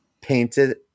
painted